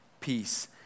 peace